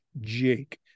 Jake